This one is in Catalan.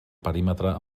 perímetre